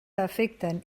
afecten